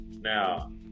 Now